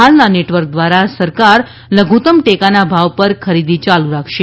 હાલના નેટવર્ક દ્વારા સરકાર લધુતમ ટેકાના ભાવ પર ખરીદી ચાલુ રાખશે